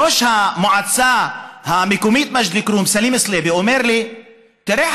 ראש המועצה המקומית מג'ד אל-כרום סלים סליבי אומר לי: תראה,